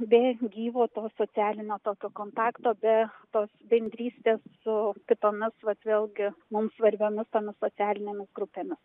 be gyvo to socialinio tokio kontakto be tos bendrystės su kitomis vat vėlgi mums svarbiomis tomis socialinėmis grupėmis